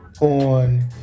on